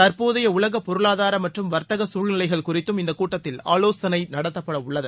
தற்போதைய உலகப் பொருளாதார மற்றும் வர்த்தக சூழ்நிலைகள் குறித்தும் இந்தக் கூட்டத்தில் ஆலோசனை நடத்தப்பட உள்ளது